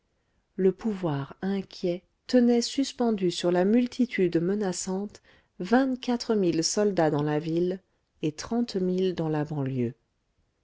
le pouvoir inquiet tenait suspendus sur la multitude menaçante vingt-quatre mille soldats dans la ville et trente mille dans la banlieue